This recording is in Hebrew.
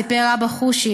סיפר אבא חושי,